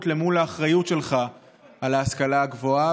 אל מול האחריות שלך להשכלה הגבוהה,